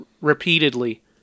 repeatedly